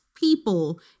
people